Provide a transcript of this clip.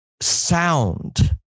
sound